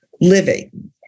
living